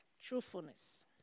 Truthfulness